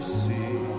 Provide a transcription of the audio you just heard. see